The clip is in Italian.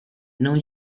non